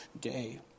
day